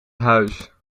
huis